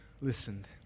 listened